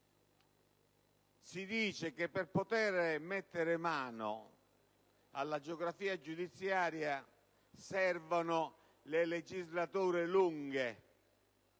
Si dice che per poter mettere mano alla geografia giudiziaria servano le legislature lunghe,